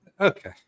okay